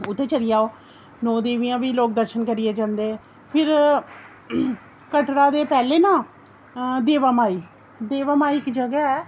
उद्धर चली जाओ नौ देवियां बा लोक दर्शन करियै जंदे फिर कटरा दे पैह्लें ना देवा माई देवा माई इक्क जगह ऐ